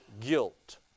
guilt